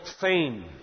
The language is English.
fame